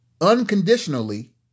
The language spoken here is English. unconditionally